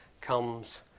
comes